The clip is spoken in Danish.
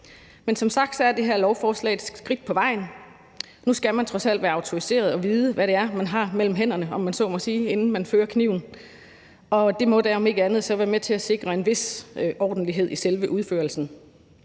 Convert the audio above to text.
Men som sagt er det her lovforslag et skridt på vejen. Nu skal man trods alt være autoriseret og vide, hvad det er, man har mellem hænderne, om man så må sige, inden man fører kniven, og det må da om ikke andet så være med til at sikre en vis ordentlighed i selve udførelsen.